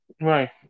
right